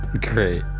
Great